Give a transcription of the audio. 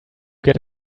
get